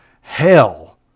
hell